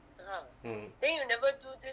mm